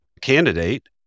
candidate